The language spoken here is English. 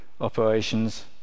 operations